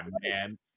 man